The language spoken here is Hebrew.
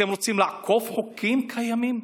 אתם רוצים לעקוף חוקים קיימים?